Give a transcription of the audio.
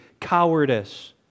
cowardice